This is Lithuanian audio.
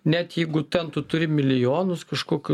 net jeigu ten tu turi milijonus kažkokius